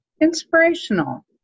inspirational